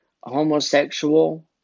homosexual